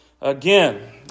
again